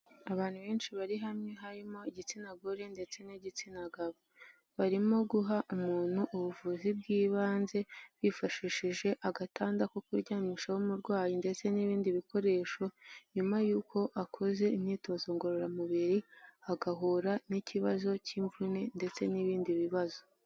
Abantu benshi bari hamwe, harimo igitsina gore ndetse n'igitsina gabo. Barimo guha umuntu ubuvuzi bw'ibanze bifashishije agatanda ko kuryamishaho umurwayi ndetse n'ibindi bikoresho, nyuma y'uko akoze imyitozo ngororamubiri agahura n'ikibazo cy'imvune ndetse n'ibindi bibazo.